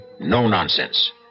no-nonsense